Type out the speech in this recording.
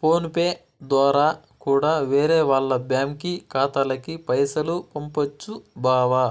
phone pay దోరా కూడా వేరే వాల్ల బ్యాంకి ఖాతాలకి పైసలు పంపొచ్చు బావా